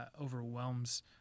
overwhelms